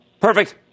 Perfect